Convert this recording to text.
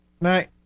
night